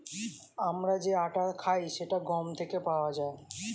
আমরা যে আটা খাই সেটা গম থেকে পাওয়া যায়